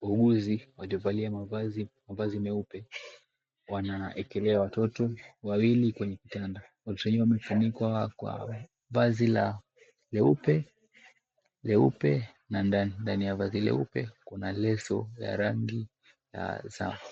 Wauguzi waliovalia mavazi meupe wanawaeka watoto wawili kwenye kitanda . Watoto wenyewe wamefunikwa kwa vazi leupe na ndani ya vazi leupe kuna leso ya rangi ya